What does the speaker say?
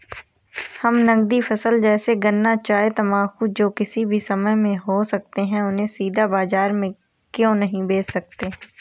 हम नगदी फसल जैसे गन्ना चाय तंबाकू जो किसी भी समय में हो सकते हैं उन्हें सीधा बाजार में क्यो नहीं बेच सकते हैं?